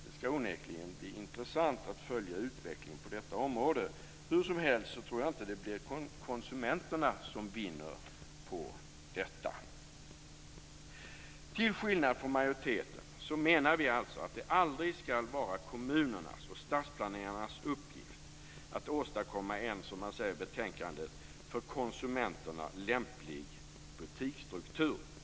Det skall onekligen bli intressant att följa utvecklingen på detta område. Hur som helst tror jag inte att det bli konsumenterna som vinner på detta. Till skillnad från majoriteten menar vi att det aldrig skall vara kommunernas och stadsplanerarnas uppgift att åstadkomma en, som man säger i betänkandet, för konsumenterna lämplig butikstruktur.